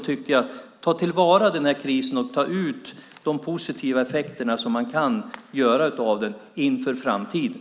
Ta till vara krisen och ta ut de positiva effekter som den kan ge inför framtiden!